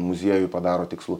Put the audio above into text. muziejui padaro tikslų